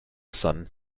sun